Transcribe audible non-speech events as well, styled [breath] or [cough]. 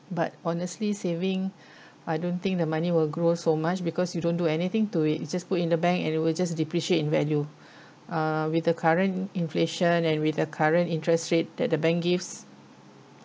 but honestly saving I don't think the money will grow so much because you don't do anything to it you just put in the bank and it will just depreciate in value [breath] uh with the current inflation and with the current interest rate that the bank gives